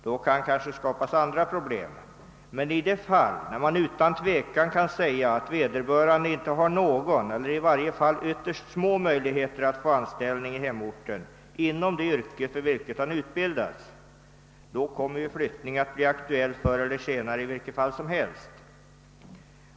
Då kan kanske skapas andra problem. Men i de fall när man utan tvekan kan säga att vederbörande inte har någon möjlighet eller i varje fall ytterst små möjligheter att få anställning i hemorten inom det yrke för vilket han utbildats, kommer ju flyttning att bli aktuell förr eller senare i vilket fall som helst.